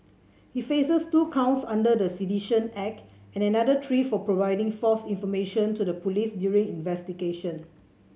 he faces two counts under the Sedition Act and another three for providing false information to the police during investigation